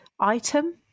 item